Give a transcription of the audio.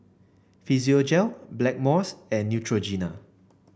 Physiogel Blackmores and Neutrogena